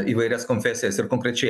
įvairias konfesijas ir konkrečiai